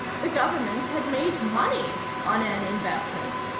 the government had made money on an investment.